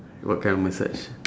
what kind of massage